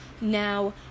Now